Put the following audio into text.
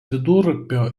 vidurupio